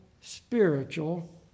spiritual